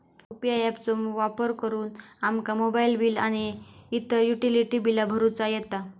UPI app चो वापर करुन आमका मोबाईल बिल आणि इतर युटिलिटी बिला भरुचा येता